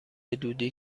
دودی